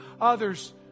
others